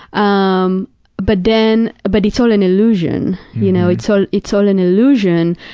um but then, but it's all an illusion, you know. it's so it's all an illusion.